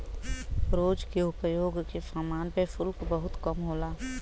रोज के उपयोग के समान पे शुल्क बहुत कम होला